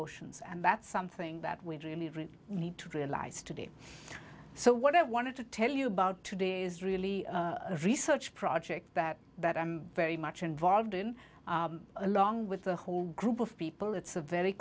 oceans and that's something that we really need to realize today so what i wanted to tell you about today is really a research project that that i'm very much involved in along with the whole group of people it's a very